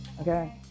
okay